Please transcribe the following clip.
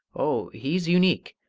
oh, he's unique.